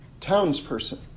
townsperson